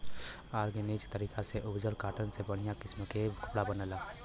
organic तरीका से उपजल कॉटन से बढ़िया किसम के कपड़ा बनेला